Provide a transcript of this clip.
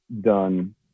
done